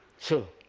so,